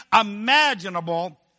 imaginable